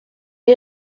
est